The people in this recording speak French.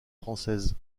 française